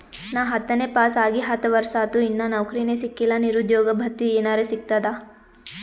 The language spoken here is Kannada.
ನಾ ಹತ್ತನೇ ಪಾಸ್ ಆಗಿ ಹತ್ತ ವರ್ಸಾತು, ಇನ್ನಾ ನೌಕ್ರಿನೆ ಸಿಕಿಲ್ಲ, ನಿರುದ್ಯೋಗ ಭತ್ತಿ ಎನೆರೆ ಸಿಗ್ತದಾ?